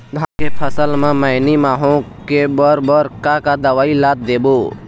धान के फसल म मैनी माहो के बर बर का का दवई ला देबो?